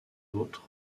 autres